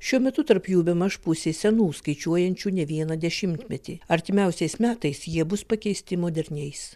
šiuo metu tarp jų bemaž pusė senų skaičiuojančių ne vieną dešimtmetį artimiausiais metais jie bus pakeisti moderniais